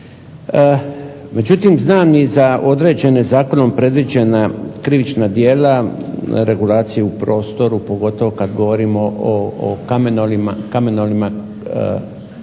međutim znam i za određene zakonom predviđena krivična djela, regulacije u prostoru, pogotovo kada govorimo kamenu, o